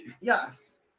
Yes